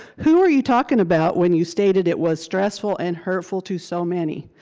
who are you talkin' about when you stated it was stressful and hurtful to so many?